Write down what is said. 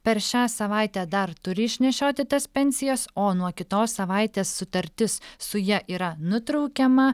per šią savaitę dar turi išnešioti tas pensijas o nuo kitos savaitės sutartis su ja yra nutraukiama